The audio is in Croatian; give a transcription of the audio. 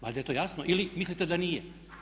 Valjda je to jasno ili mislite da nije?